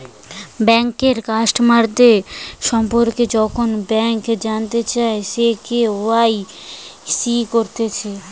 বেঙ্কের কাস্টমারদের সম্পর্কে যখন ব্যাংক জানতে চায়, সে কে.ওয়াই.সি করতিছে